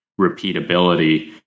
repeatability